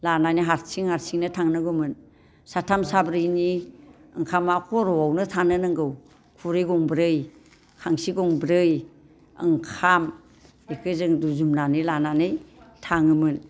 लानानै हारसिं हारसिंनो थांनांगौमोन साथाम साब्रैनि ओंखामा खर'आवनो थानो नांगौ खुरै गंब्रै खांसि गंब्रै ओंखाम बेखौ जों रुजुननानै लानानै थाङोमोन